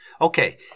Okay